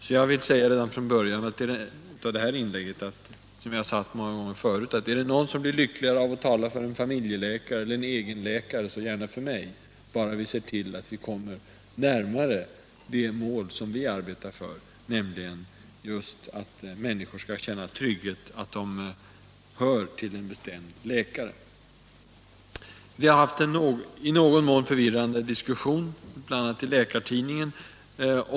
Därför vill jag redan från början i detta inlägg säga, som jag har sagt så många gånger tidigare, att om det är någon som blir lyckligare av att tala för en familjeläkare eller en egenläkare, så gärna för mig, bara vi ser till att vi kommer närmare det mål som vi arbetar för, nämligen att människor skall få känna trygghet, känna att de hör till en bestämd läkare. Om dessa frågor har det förts en litet förvirrad diskussion, bl.a. i Läkartidningen.